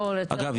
אגב,